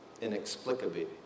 inexplicably